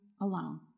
alone